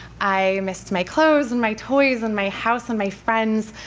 i missed my clothes, and my toys, and my house, and my friends,